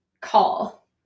call